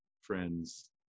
friends